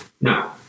no